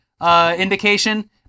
indication